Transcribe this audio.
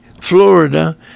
Florida